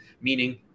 meaning